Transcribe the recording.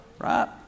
Right